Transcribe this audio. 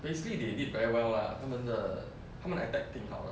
basically they did very well lah 他们的他们 attack team 好